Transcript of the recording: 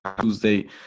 Tuesday